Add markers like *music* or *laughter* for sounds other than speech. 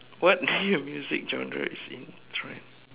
what *laughs* music genre is in trend